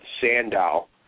Sandow